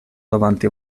davanti